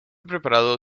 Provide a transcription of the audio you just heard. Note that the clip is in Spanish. preparado